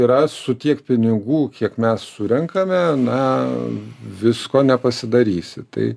yra su tiek pinigų kiek mes surenkame na visko nepasidarysi tai